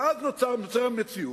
ואז נוצרת מציאות